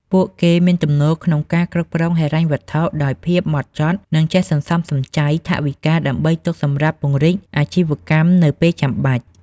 ពួកគេមានទំនោរក្នុងការគ្រប់គ្រងហិរញ្ញវត្ថុដោយភាពម៉ត់ចត់ និងចេះសន្សំសំចៃថវិកាដើម្បីទុកសម្រាប់ការពង្រីកអាជីវកម្មនៅពេលចាំបាច់។